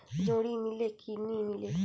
जोणी मीले कि नी मिले?